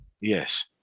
Yes